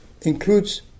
includes